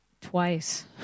twice